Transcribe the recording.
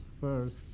first